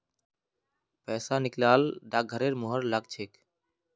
पैसा निकला ल डाकघरेर मुहर लाग छेक